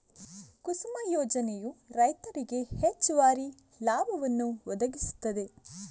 ಕುಸುಮ ಯೋಜನೆಯು ರೈತರಿಗೆ ಹೆಚ್ಚುವರಿ ಲಾಭವನ್ನು ಒದಗಿಸುತ್ತದೆ